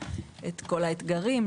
את כל האתגרים,